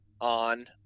on